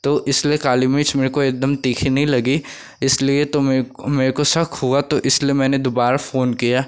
तो इसलिए काली मिर्च मेरे को एकदम तीखी नहीं लगी इसलिए तो मेर को मेरे को शक हुआ तो इसलिए मैंने दोबारा फ़ोन किया